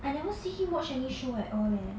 I never see him watch any show at all leh